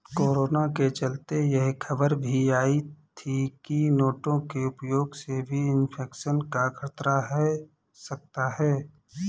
corona के चलते यह खबर भी आई थी की नोटों के उपयोग से भी इन्फेक्शन का खतरा है सकता है